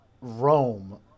Rome